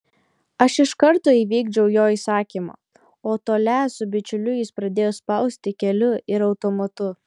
aš iš karto įvykdžiau jo įsakymą o tolią su bičiuliu jis pradėjo spausti keliu ir automatu